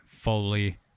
fully